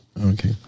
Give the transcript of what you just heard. Okay